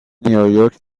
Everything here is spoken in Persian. نیویورک